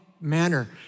manner